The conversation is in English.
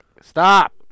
Stop